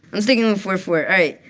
i'm sticking with four four. all right.